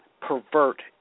pervert